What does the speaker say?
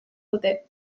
dute